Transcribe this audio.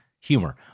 humor